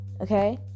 okay